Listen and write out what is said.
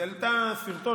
העלתה סרטון